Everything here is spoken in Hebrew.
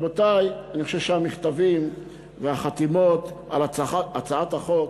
רבותי, אני חושב שהמכתבים והחתימות על הצעת החוק